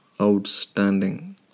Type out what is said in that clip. Outstanding